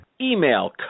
Email